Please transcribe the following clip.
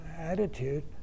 attitude